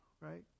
right